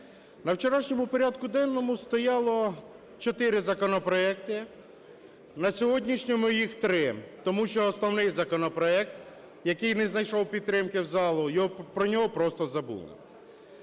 На вчорашньому порядку денному стояло 4 законопроекти, на сьогоднішньому – їх 3, тому що основний законопроект, який не знайшов підтримки залу, про нього просто забули.